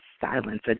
silence